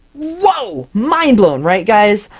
whoa! mind-blown! right guys?